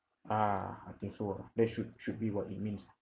ah I think so lah that should should be what it means